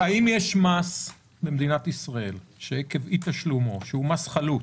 האם יש מס חלוט במדינת ישראל שעקב אי תשלומו נדרש דבר כזה?